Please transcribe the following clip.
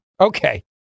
Okay